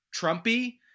Trumpy